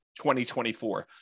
2024